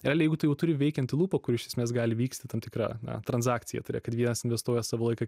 elė jeigu tu jau turi veikiantį lūpą kur iš esmės gali vyksti tam tikra na transakcija tai yra kad vienas investuoj savo laiką